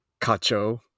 cacho